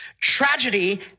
Tragedy